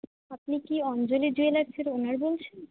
আপনি কি অঞ্জলি জুয়েলার্সের ওনার বলছেন